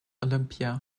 olimpia